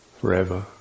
forever